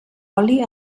oli